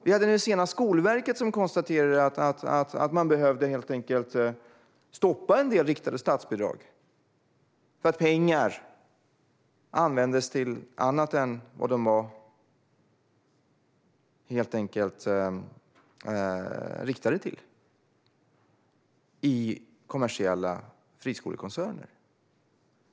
Senast konstaterade Skolverket att man behövde stoppa en del riktade statsbidrag eftersom pengarna användes till annat än vad de var avsedda för i kommersiella friskolekoncerner.